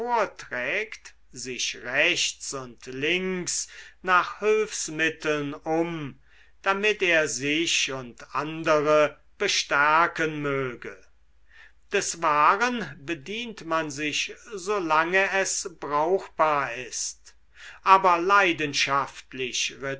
vorträgt sich rechts und links nach hülfsmitteln um damit er sich und andere bestärken möge des wahren bedient man sich solange es brauchbar ist aber leidenschaftlich rhetorisch